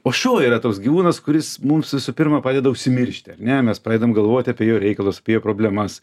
o šuo yra toks gyvūnas kuris mums visų pirma padeda užsimiršti ar ne mes pradedam galvoti apie jo reikalus apie problemas